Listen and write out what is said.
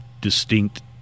Distinct